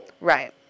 Right